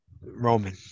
Roman